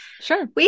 Sure